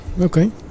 okay